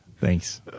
Thanks